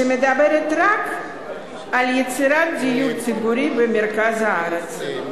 שמדברת רק על יצירת דיור ציבורי במרכז הארץ.